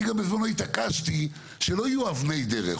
אני גם בזמנו התעקשתי שלא יהיו אבני דרך.